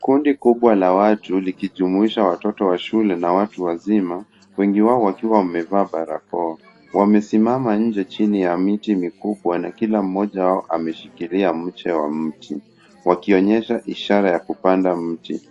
Kundi kubwa la watu likijumuisha watoto wa shule na watu wazima wengi wao wakiwa wamevaa barakoa. Wamesimama nje chini ya miti mikubwa na kila mmoja wao ameshikilia mche wa mti, wakionyesha ishara ya kupanda mti.